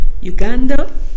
Uganda